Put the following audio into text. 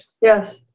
Yes